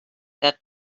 that